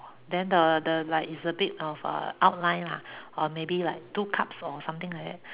then the the like it's a bit of a outline lah or maybe like two cups or something like that